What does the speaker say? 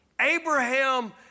Abraham